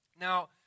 Now